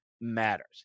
matters